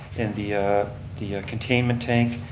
and the ah the containment tank,